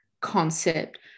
concept